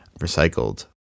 recycled